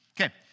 Okay